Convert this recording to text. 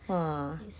!whoa!